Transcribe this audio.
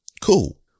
Cool